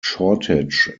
shortage